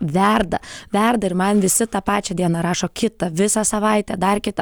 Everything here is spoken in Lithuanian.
verda verda ir man visi tą pačią dieną rašo kitą visą savaitę dar kitą